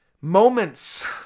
moments